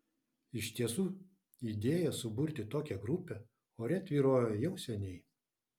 iš tiesų idėja suburti tokią grupę ore tvyrojo jau seniai